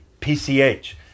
PCH